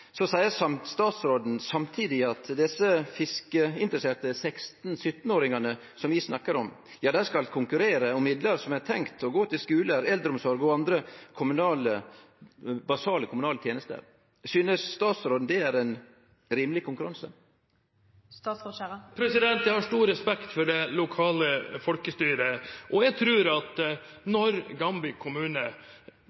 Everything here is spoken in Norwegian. seier statsråden samtidig at desse fiskeriinteresserte 16–17-åringane som vi snakkar om, skal konkurrere om midlar som er tenkte å gå til skular, eldreomsorg og andre basale kommunale tenester. Synest statsråden det er ein rimeleg konkurranse? Jeg har stor respekt for det lokale folkestyret. Jeg tror at